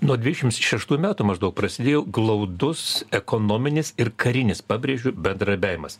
nuo dvidešimt šeštųjų metų maždaug prasidėjo glaudus ekonominis ir karinis pabrėžiu bendravimas